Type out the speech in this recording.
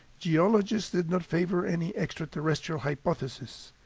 geologists did not favor any extraterrestrial hypotheses.